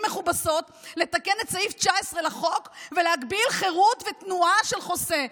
מכובסות לתקן את סעיף 19 לחוק ולהגביל חירות ותנועה של חוסה.